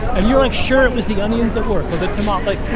and you're, like, sure, it was the onions at work or the tamale